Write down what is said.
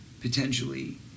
potentially